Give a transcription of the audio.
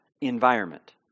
environment